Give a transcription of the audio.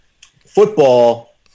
football